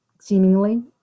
seemingly